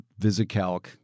Visicalc